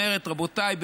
אומרת: רבותיי,